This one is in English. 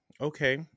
Okay